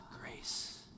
grace